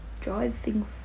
driving